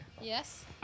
Yes